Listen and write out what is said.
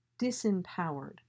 disempowered